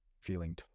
feeling